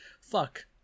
fuck